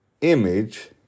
image